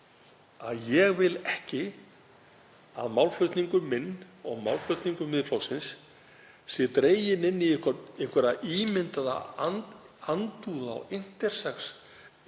að ég vil ekki að málflutningur minn og málflutningur Miðflokksins sé dreginn inn í einhverja ímyndaða andúð á intersex